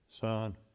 Son